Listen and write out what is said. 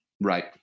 Right